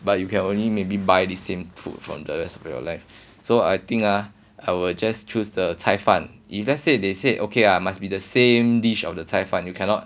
but you can only maybe buy this same food for the rest of your life so I think ah I will just choose the 菜饭 if let's say they said okay lah must be the same dish of the 菜饭 you cannot